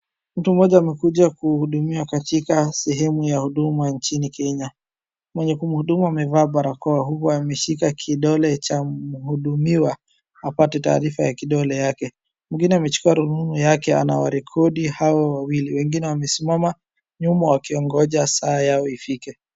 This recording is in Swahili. Mtu mmoja amekuja kuhudumia katika sehemu ya huduma nchini Kenya. Mwenye kuhudumu amevaa barakoa, huku ameshika kidole cha mhudumiwa apate taarifa ya kidole yake. Mwingine amechukuwa rununu yake anawarekodi hao wawili. Wengine wamesimama nyuma wakingoja saa yao ifike.